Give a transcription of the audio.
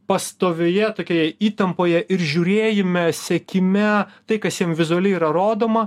pastovioje tokioje įtampoje ir žiūrėjime sekime tai kas jiem vizualiai yra rodoma